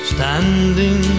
Standing